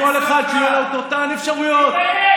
לכל אחד, שיהיו לו את אותן אפשרויות, תתבייש.